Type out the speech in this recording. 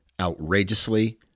outrageously